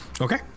Okay